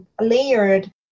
layered